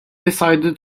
decided